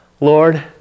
Lord